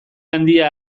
handia